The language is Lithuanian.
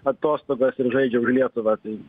atostogas ir žaidžia už lietuvą tai